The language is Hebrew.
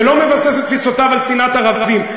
ולא מבסס את תפיסותיו על שנאת ערבים,